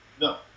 no